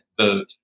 vote